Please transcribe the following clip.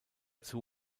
dazu